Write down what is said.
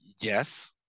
yes